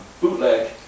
bootleg